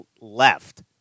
left